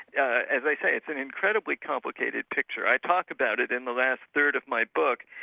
yeah as i say, it's an incredibly complicated picture. i talk about it in the last third of my book,